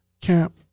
Camp